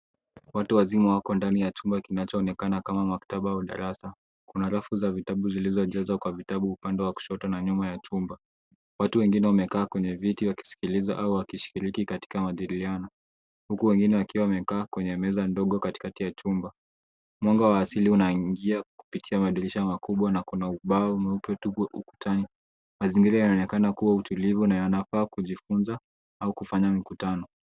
Watu wazima wako ndani ya chumba kinacho onekana kama maktaba au darasa, kuna rafu za vitabu zilizojazwa kwa vitabu upande wa kushoto na nyuma ya chumba. Watu wengine wamekaa kwenye viti wakusikiliza au wakishiriki katika majidiliano huku wengine wakiwa wamekaa kwenye meza ndogo katikati ya chumba. Mwanga wa asili una ingia kupitia madirisha makubwa na kuna ubao meupe tupu ukutani . Mazingira yanaonekana kuwa utulivu na yanafaa kujifunza au kufanya mkutano.